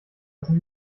essen